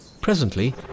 Presently